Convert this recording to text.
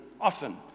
often